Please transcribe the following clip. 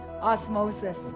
Osmosis